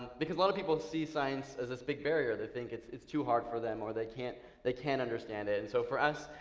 because a lot of people see science as this big barrier. they think it's it's too hard for them or they can't they can't understand and so for us,